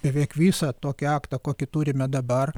beveik visą tokį aktą kokį turime dabar